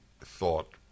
thought